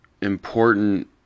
important